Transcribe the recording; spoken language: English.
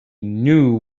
knew